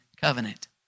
covenant